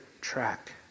track